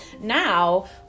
Now